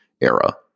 era